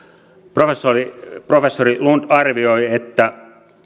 professori professori lund arvioi että